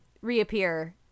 reappear